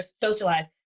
socialized